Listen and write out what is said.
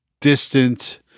distant